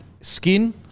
skin